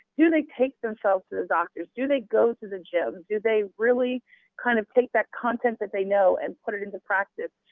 do they take themselves to the doctor? do they go to the gym? do they kind of take that content that they know and put it into practice?